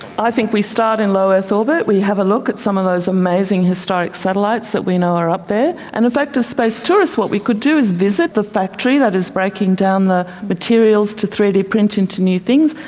i think we start in low earth orbit, we have a look at some of those amazing historic satellites that we know are up there. and in fact as space tourists what we could do is visit the factory that is breaking down the materials to three d print into new things.